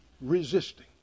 resisting